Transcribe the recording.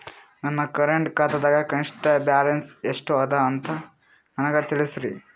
ನನ್ನ ಕರೆಂಟ್ ಖಾತಾದಾಗ ಕನಿಷ್ಠ ಬ್ಯಾಲೆನ್ಸ್ ಎಷ್ಟು ಅದ ಅಂತ ನನಗ ತಿಳಸ್ರಿ